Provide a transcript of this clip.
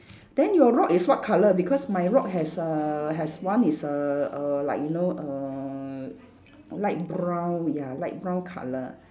then your rock is what colour because my rock has uh has one is err err like you know err light brown ya light brown colour